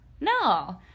no